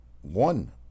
One